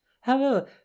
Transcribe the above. However